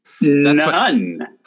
None